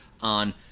On